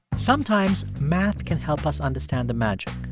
sometimes math can help us understand the magic,